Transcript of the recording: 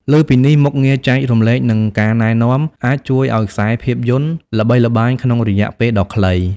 លើសពីនេះ មុខងារ ចែករំលែកនិង ការណែនាំ អាចជួយឱ្យខ្សែភាពយន្តល្បីល្បាញក្នុងរយៈពេលដ៏ខ្លី។